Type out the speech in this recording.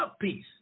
peace